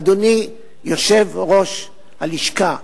אדוני יושב-ראש הלשכה,